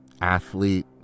athlete